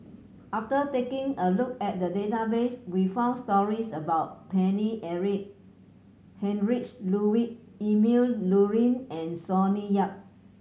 after taking a look at the database we found stories about Paine Eric Heinrich Ludwig Emil Luering and Sonny Yap